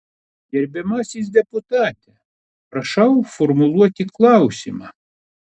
gerbiamasis deputate prašau formuluoti klausimą